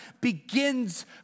begins